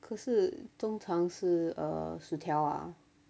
可是通常是 err 薯条啊